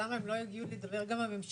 למה הם לא הגיעו להידבר גם בממשלה,